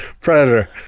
Predator